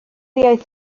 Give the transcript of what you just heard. iaith